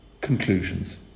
Conclusions